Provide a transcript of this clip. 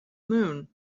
moon